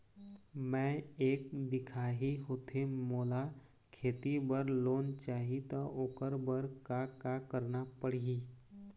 मैं एक दिखाही होथे मोला खेती बर लोन चाही त ओकर बर का का करना पड़ही?